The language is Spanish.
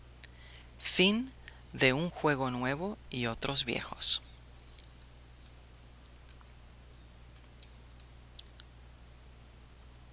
aquiles un juego nuevo y otros viejos